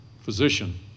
physician